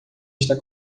está